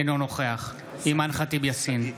אינו נוכח אימאן ח'טיב יאסין,